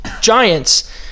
Giants